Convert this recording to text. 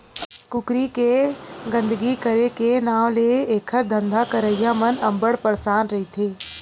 कुकरी के गंदगी करे के नांव ले एखर धंधा करइया मन अब्बड़ परसान रहिथे